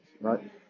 right